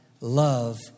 love